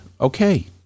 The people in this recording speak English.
Okay